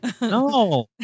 No